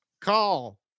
call